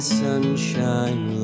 sunshine